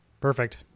Perfect